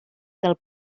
del